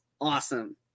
Awesome